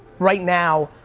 right now,